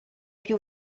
più